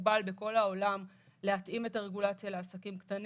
מקובל בכל העולם להתאים את הרגולציה לעסקים קטנים,